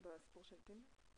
בסיפור של התמנע,